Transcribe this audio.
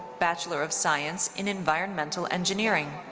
bachelor of science in environmental engineering.